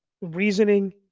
reasoning –